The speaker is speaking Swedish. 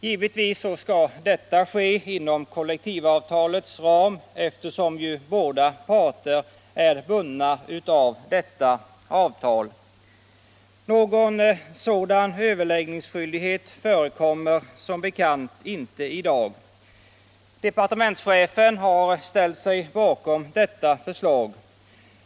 Givetvis skall det ske inom kollektivavtalets ram, eftersom ju båda parter är bundna av detta avtal. Någon sådan överläggningsskyldighet föreligger som bekant inte i dag. Departementschefen har ställt sig bakom detta förslag.